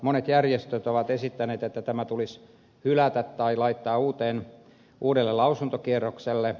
monet järjestöt ovat esittäneet että tämä tulisi hylätä tai laittaa uudelle lausuntokierrokselle